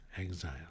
Exile